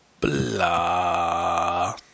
blah